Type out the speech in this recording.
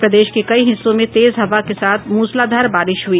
और प्रदेश के कई हिस्सों में तेज हवा के साथ मूसलाधार बारिश हई